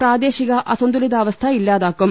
പ്രാദേശിക അസന്തുലിതാസവസ്ഥ ഇല്ലാതാക്കും